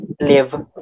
live